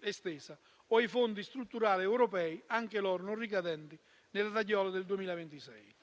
estesa, o i fondi strutturali europei, anch'essi non ricadenti nel termine del 2026.